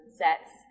sets